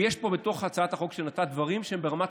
ויש פה בתוך החוק שנתת דברים שהם לא רק ברמת